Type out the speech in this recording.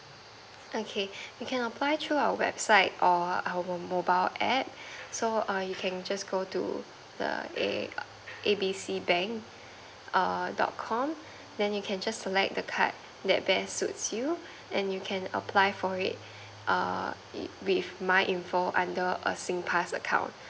okay you can apply through our website or our mobile app so err you can just go to the A A B C bank err dot com then you can just select the card that best suits you and you can apply for it err with my info under a singpass account